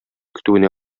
көтүенә